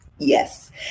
Yes